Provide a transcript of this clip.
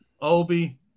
Obi